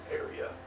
area